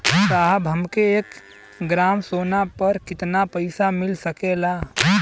साहब हमके एक ग्रामसोना पर कितना पइसा मिल सकेला?